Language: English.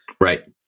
Right